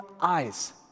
eyes